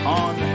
on